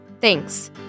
Thanks